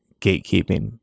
gatekeeping